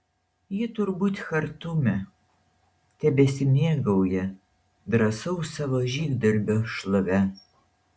ji turbūt chartume tebesimėgauja drąsaus savo žygdarbio šlove